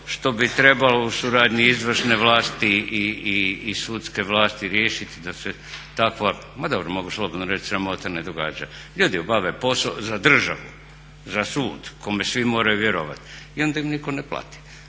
što bi trebalo u suradnji izvršne vlasti i sudske vlasti riješiti da se takva, ma dobro mogu slobodno reći sramota ne događa. Ljudi obave posao za državu, za sud, kome svi moraju vjerovati i onda im nitko ne plati.